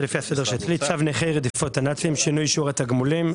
צו נכי רדיפות הנאצים (שינוי שיעור התגמולים),